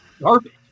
garbage